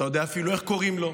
אתה יודע אפילו איך קוראים לו,